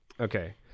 Okay